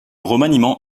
remaniement